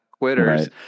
quitters